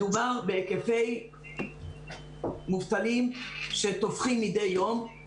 מדובר בהיקפי מובטלים שתופחים מידי יום.